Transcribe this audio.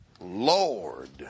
Lord